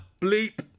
bleep